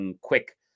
quick